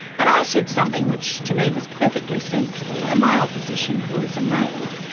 and i said something which to me was perfectly sensible, and my opposition, who was a male,